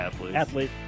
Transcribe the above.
athlete